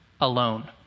alone